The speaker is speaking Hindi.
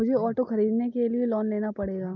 मुझे ऑटो खरीदने के लिए लोन लेना पड़ेगा